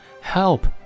help